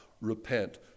repent